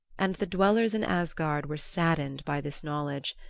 and the dwellers in asgard were saddened by this knowledge,